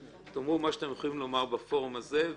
תאמרו מה שאתם יכולים לומר בפורום הזה.